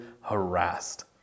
harassed